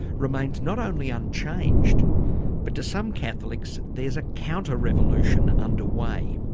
remains not only unchanged but to some catholics, there's a counter-revolution under way.